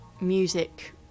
music